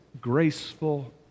graceful